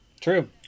True